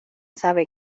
sabe